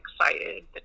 excited